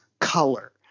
color